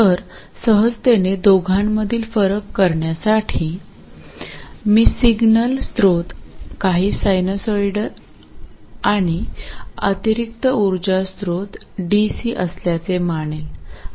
तर सहजतेने दोघांमध्ये फरक करण्यासाठी मी सिग्नल स्रोत काही सायनोसाईड आणि अतिरिक्त उर्जा स्त्रोत डीसी असल्याचे मानेल